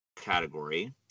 category